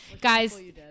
Guys